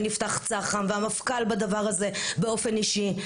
נפתח צח"ם והמפכ"ל בדבר הזה באופן אישי,